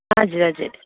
हजुर हजुर